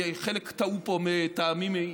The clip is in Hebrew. חלק טעו פה מטעמים,